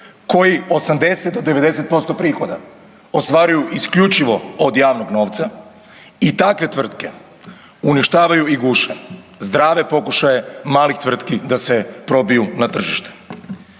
koji 80 do 90% prihoda ostvaruju isključivo od javnog novca i takve tvrtke uništavaju i guše zdrave pokušaje malih tvrtki da se probiju na tržište.